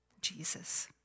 Jesus